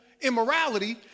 immorality